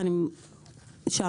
הם לא יכולים להציע באתרים